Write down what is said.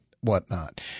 whatnot